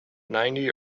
ninety